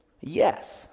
Yes